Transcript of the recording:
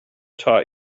taught